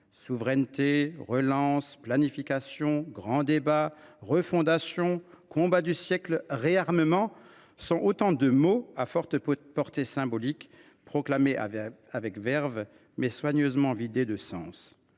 souveraineté »,« relance »,« planification »,« grand débat »,« refondation »,« combat du siècle »,« réarmement » sont autant de mots à forte portée symbolique, proclamés avec verve, mais soigneusement vidés de sens.